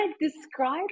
describe